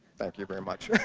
thank you very much.